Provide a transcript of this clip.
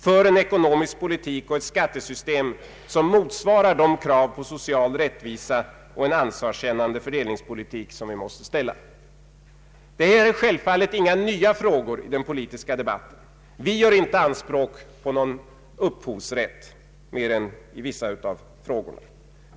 För en ekonomisk politik och ett skattesystem som motsvarar de krav på social rättvisa och en ansvarskännande fördelningspolitik vi måste ställa. Självfallet är dessa frågor inte nya i den politiska debatten. Vi gör inte anspråk på någon fullständig upphovsrätt.